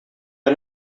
are